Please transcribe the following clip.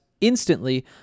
instantly